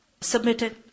submitted